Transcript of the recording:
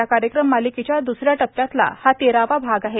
या कार्यक्रम मालिकेच्या द्रसऱ्या टप्प्यातला हा तेरावा भाग आहे